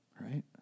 right